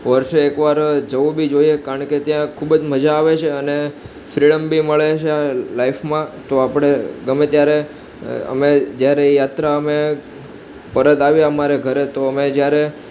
વર્ષે એક વાર જવું બી જોઈએ કારણ કે ત્યાં ખૂબ જ મજા આવે છે અને ફ્રીડમ બી મળે છે લાઈફમાં તો આપણે ગમે ત્યારે અમે જ્યારે યાત્રા અમે પરત આવ્યા અમારે ઘરે તો અમે જ્યારે